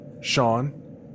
sean